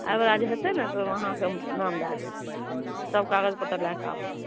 आइ वला जे हेतै ने तऽ ओहिमे अहाँके हम नाम दए देब सब कागज पत्तर लए कऽ आबू